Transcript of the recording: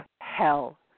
hell